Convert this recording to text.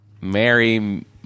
mary